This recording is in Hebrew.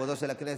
לכבודה של הכנסת.